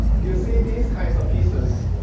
you see these kinds of pieces,